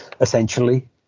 essentially